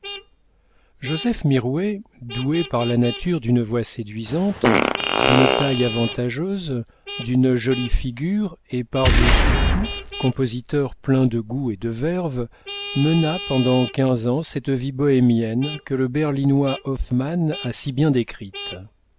joseph mirouët doué par la nature d'une voix séduisante d'une taille avantageuse d'une jolie figure et par-dessus tout compositeur plein de goût et de verve mena pendant quinze ans cette vie bohémienne que le berlinois hoffmann a si bien décrite